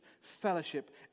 fellowship